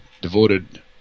devoted